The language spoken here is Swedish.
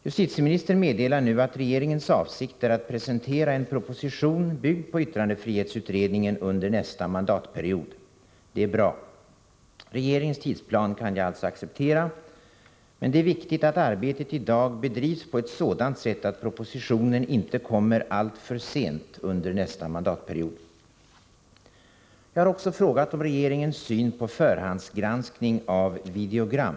Justitieministern meddelar nu att regeringens avsikt är att presentera en proposition byggd på yttrandefrihetsutredningen under nästa mandatperiod. Det är bra. Regeringens tidsplan kan jag acceptera. Men det är viktigt att arbetet i dag bedrivs på ett sådant sätt att propositionen inte kommer alltför Jag har frågat hur regeringen ser på förhandsgranskningen av videogram.